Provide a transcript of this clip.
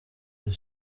iri